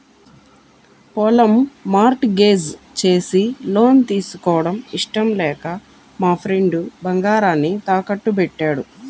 పొలం mortgage చేసి loan తీసుకోవడం ఇష్టం లేక మా ఫ్రెండు బంగారాన్ని తాకట్టుబెట్టాడు